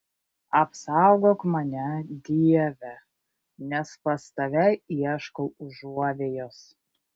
apsaugok mane dieve nes pas tave ieškau užuovėjos